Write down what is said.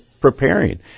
preparing